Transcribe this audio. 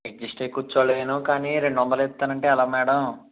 adjust అయ్యి కూర్చోలేను కాని రెండు వందలు ఇస్తాను అంటే ఎలా మేడం